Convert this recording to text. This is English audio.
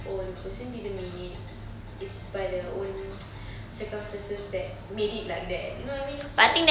oh the person didn't mean it it's by the own circumstances that made it like that you know I mean so